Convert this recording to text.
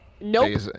nope